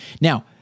Now